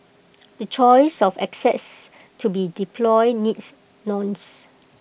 the choice of assets to be deployed needs nuanced